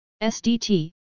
SDT